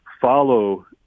follow